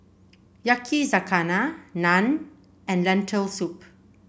Yakizakana Naan and Lentil Soup